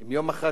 אם יום אחד